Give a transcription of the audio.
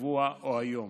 השבוע או היום.